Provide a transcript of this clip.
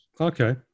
Okay